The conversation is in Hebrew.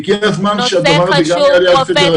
הגיע הזמן שהדבר הזה יעלה על סדר היום.